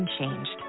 unchanged